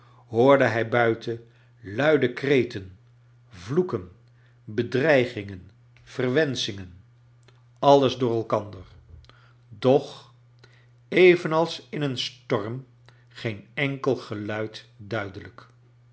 hoorde hij bui ten luide kreten vloeken bedroigingen verwenschingen alle door elkander doch evenals in een storm geen enkel geluid duidelijk